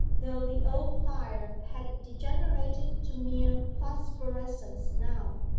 though the old fire had degenerated to mere phosphorescence now.